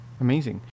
Amazing